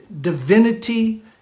divinity